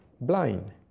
blind